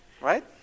Right